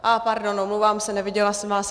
A pardon, omlouvám se, neviděla jsem vás.